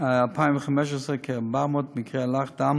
2015 כ-400 מקרי אלח דם